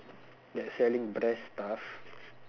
that selling breast stuff